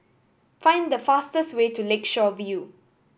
find the fastest way to Lakeshore View